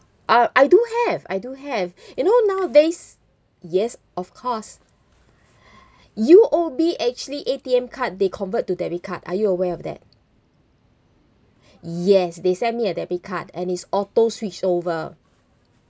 uh I do have I do have you know nowadays yes of course U_O_B actually A_T_M card they convert to debit card are you aware of that yes they sent me a debit card and it's auto switch over